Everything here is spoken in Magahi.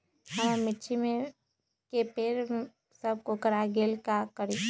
हमारा मिर्ची के पेड़ सब कोकरा गेल का करी?